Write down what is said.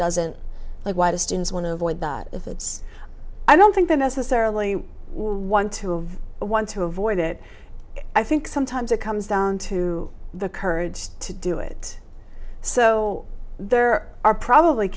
doesn't like why the students want to avoid that if it's i don't think that necessarily one to one to avoid it i think sometimes it comes down to the courage to do it so there are probably